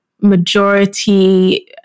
majority